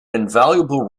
invaluable